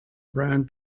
brown